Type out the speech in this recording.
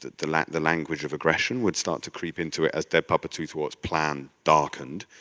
the like the language of aggression would start to creep into it as dead papa toothwort's plan darkened.